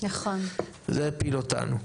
זה הפיל אותנו,